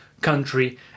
country